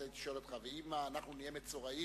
הייתי שואל אותך: ואם אנחנו נהיה מצורעים,